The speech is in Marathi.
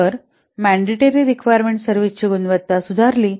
तर मॅनडिटरी रिक्वायरमेंट सर्व्हिस ची गुणवत्ता सुधारली